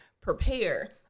prepare